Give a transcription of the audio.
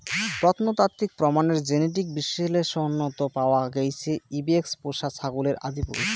প্রত্নতাত্ত্বিক প্রমাণের জেনেটিক বিশ্লেষনত পাওয়া গেইছে ইবেক্স পোষা ছাগলের আদিপুরুষ